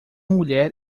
mulher